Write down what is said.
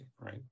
Right